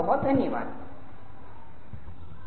धन्यवाद दोस्तों